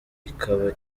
ikaba